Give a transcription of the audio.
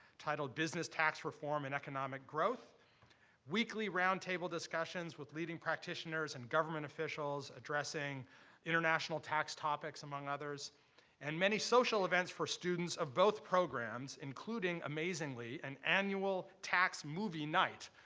titled business tax reform and economic growth weekly roundtable discussions with leading practitioners and government officials, addressing international tax topics, among others and many social events for students of both programs, including, amazingly, an annual tax movie night.